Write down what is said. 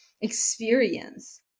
experience